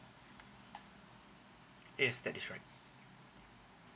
yes that is right